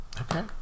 Okay